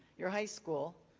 your high school,